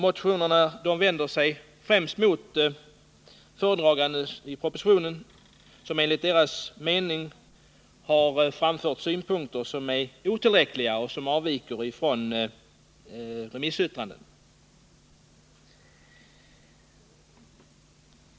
Motionärerna vänder sig främst mot föredraganden i propositionen, som enligt deras mening har framfört synpunkter som inte går tillräckligt långt och som avviker från remissyttrandena.